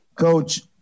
Coach